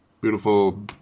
beautiful